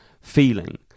feeling